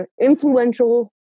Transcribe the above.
influential